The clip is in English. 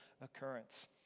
occurrence